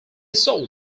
sold